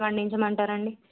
వండించమంటారండి